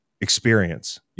experience